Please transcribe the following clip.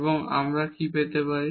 এবং আমরা কি পেতে পারি